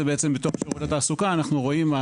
בתוך שירות התעסוקה אנחנו רואים,